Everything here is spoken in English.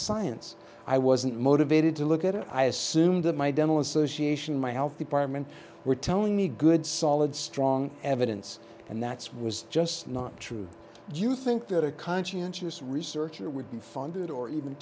science i wasn't motivated to look at it i assumed that my dental association my health department were telling me good solid strong evidence and that's was just not true do you think that a conscientious researcher would be funded or even